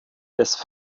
des